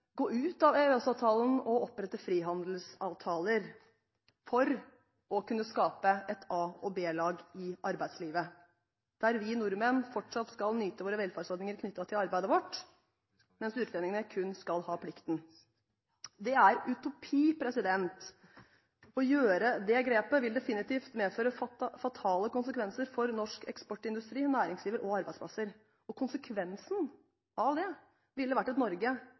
gå ut av EØS-avtalen og opprette frihandelsavtaler – for å kunne skape et A-lag og et B-lag i arbeidslivet, der vi nordmenn fortsatt skal kunne nyte våre velferdsordninger knyttet til arbeidet vårt, mens utlendingene kun skal ha plikten. Det er utopi. Å gjøre det grepet ville definitivt medføre fatale konsekvenser for norsk eksportindustri, næringsliv og arbeidsplasser. Konsekvensen av det ville vært et Norge